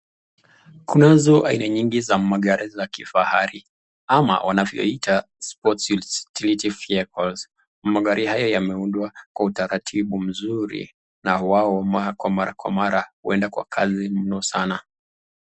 Kunazo aina nyingi za magari ya kifahari, ama wanavyoita Sports Utility Vehicles ,magari hayo yameundwa kwa utaratibu vizuri na wqo huwa mara kwa mara huenda kwa kasi mno sana.